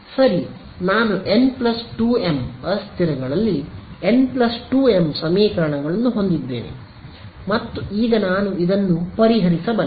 ಸರಿ ನಾನು n 2m ಅಸ್ಥಿರಗಳಲ್ಲಿ n 2m ಸಮೀಕರಣಗಳನ್ನು ಹೊಂದಿದ್ದೇನೆ ಮತ್ತು ಈಗ ನಾನು ಇದನ್ನು ಪರಿಹರಿಸಬಲ್ಲೆ